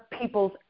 people's